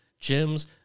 Gyms